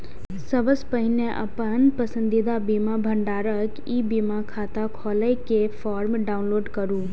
सबसं पहिने अपन पसंदीदा बीमा भंडारक ई बीमा खाता खोलै के फॉर्म डाउनलोड करू